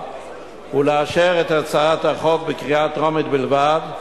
ולאשר את הצעת החוק בקריאה טרומית בלבד,